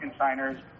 consigners